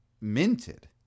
minted